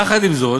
יחד עם זאת,